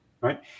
right